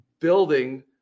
building